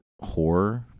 horror